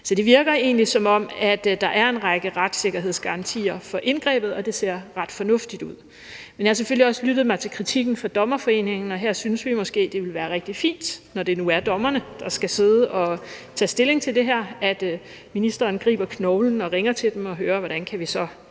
Så det virker egentlig, som om der er en række retssikkerhedsgarantier for indgrebet, og det ser ret fornuftigt ud. Men jeg har selvfølgelig også lyttet mig til kritikken fra Den Danske Dommerforening. Her synes vi måske, det vil være rigtig fint, når det nu er dommerne, der skal sidde og tage stilling til det her, at ministeren griber knoglen og ringer til dem og hører, hvordan vi kan